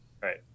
right